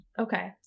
Okay